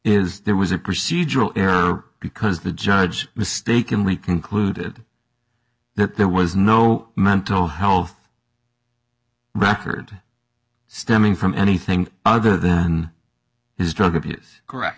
is there was a procedural error because the judge mistakenly concluded that there was no mental health record stemming from anything other than his drug abuse correct